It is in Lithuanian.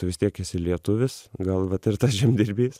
tu vis tiek esi lietuvis gal vat ir tas žemdirbys